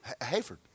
Hayford